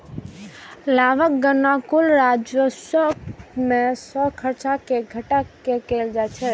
लाभक गणना कुल राजस्व मे सं खर्च कें घटा कें कैल जाइ छै